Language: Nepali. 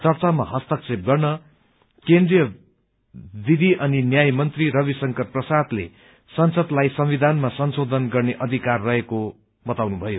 चर्चामा हस्तक्षेप गर्दै केन्द्रीय विधी अनि न्याय मन्त्री रविशंकर प्रसादले संसदलाई संविधानमा संशोधन गर्ने अधिकार रहेको बताउनुभयो